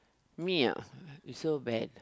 me ah you so bad